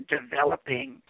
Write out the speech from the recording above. developing